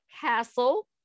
Castle